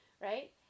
right